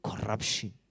corruption